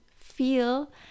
feel